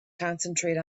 concentrate